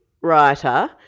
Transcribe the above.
writer